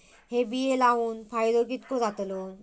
हे बिये लाऊन फायदो कितको जातलो?